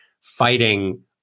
fighting